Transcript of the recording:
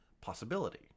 possibility